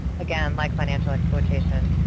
again, like financial exploitation,